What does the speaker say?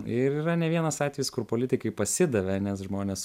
ir yra ne vienas atvejis kur politikai pasidavė nes žmonės